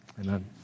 Amen